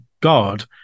God